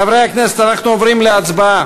חברי הכנסת, אנחנו עוברים להצבעה.